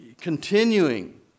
continuing